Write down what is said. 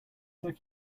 like